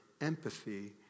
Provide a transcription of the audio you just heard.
empathy